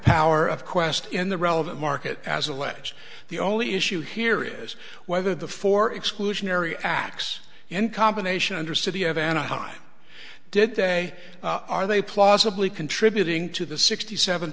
power of qwest in the relevant market as alleged the only issue here is whether the four exclusionary acts in combination under city of anaheim did they are they plausibly contributing to the sixty seven